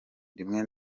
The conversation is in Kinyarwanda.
rimwe